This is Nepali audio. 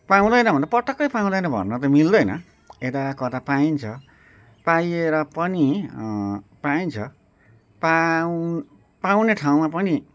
पाउँदैन भन्दा पटक्कै पाउँदैन भन्न त मिल्दैन यदाकदा पाइन्छ पाइए र पनि पाइन्छ पाउँ पाउने ठाउँमा पनि